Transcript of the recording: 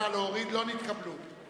ההסתייגויות של